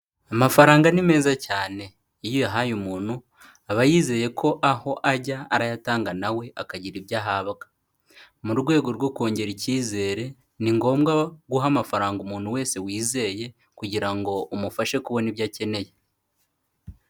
Amafaranga ni meza cyane, iyo uyahaye umuntu aba yizeye ko aho ajya arayatanga na we akagira ibyo ahabwa. Mu rwego rwo kongera icyizere, ni ngombwa guha amafaranga umuntu wese wizeye kugira ngo umufashe kubona ibyo akeneye.